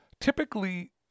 typically